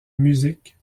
musique